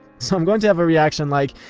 so i'm going to have a reaction like,